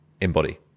embody